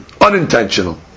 unintentional